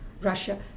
Russia